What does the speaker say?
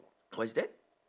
what is that